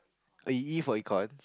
oh you E for econ